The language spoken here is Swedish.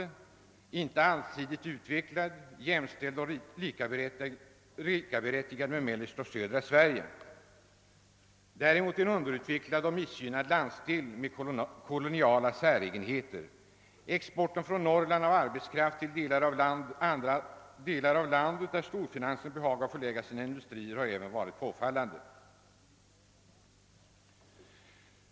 Det har inte varit en tillräckligt allsidigt utvecklad landsdel, jämställd och likaberättigad med mellersta och södra Sverige, utan varit en underutvecklad och missgynnad landsdel med koloniala säregenheter. Exporten från Norrland av arbetskraft till de delar av landet där storfinansen behagat att förlägga sina industrier har även varit påfallande stor.